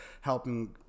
helping